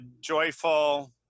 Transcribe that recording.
joyful